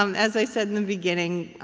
um as i said in the beginning,